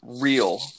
real